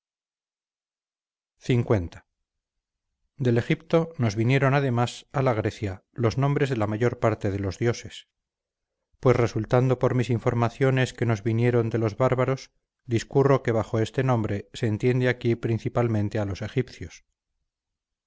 l del egipto nos vinieron además a la grecia los nombres de la mayor parte de los dioses pues resultando por mis informaciones que nos vinieron de los bárbaros discurro que bajo este nombre se entiende aquí principalmente a los egipcios